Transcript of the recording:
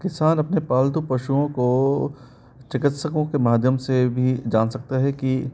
किसान अपने पालतू पशुओं को चिकित्सकों के माध्यम से भी जान सकता है कि